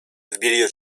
wybieliło